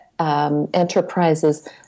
Enterprises